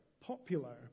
popular